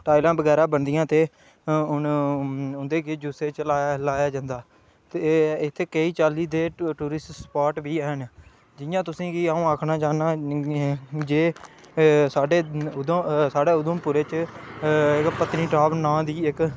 टाइलां बगैरा बनदियां ते हू'न उं'दे जुस्से च लाया जंदा ते इत्थें केईं चाल्ली दे टुरिस्ट स्पॉट बी है'न जियां तुसेंगी अं'ऊ आक्खना चाह्ना की जे साढ़े साढ़े उधमपुरै च जेह्ड़ा पत्नीटॉप नांऽ दी इक्क